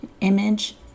image